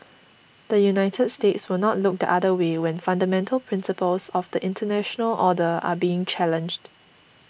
the United States will not look the other way when fundamental principles of the international order are being challenged